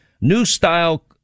new-style